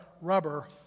rubber